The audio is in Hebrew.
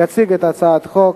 יציג את הצעת החוק